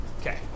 Okay